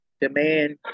Demand